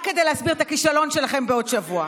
רק כדי להסביר את הכישלון שלכם בעוד שבוע.